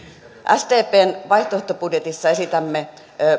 sdpn vaihtoehtobudjetissa esitämme